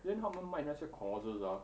then 他们卖那些 courses ah